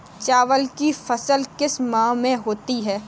चावल की फसल किस माह में होती है?